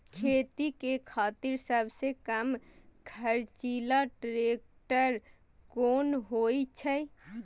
खेती के खातिर सबसे कम खर्चीला ट्रेक्टर कोन होई छै?